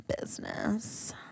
business